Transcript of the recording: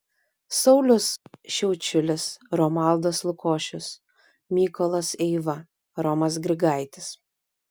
saulius šiaučiulis romualdas lukošius mykolas eiva romas grigaitis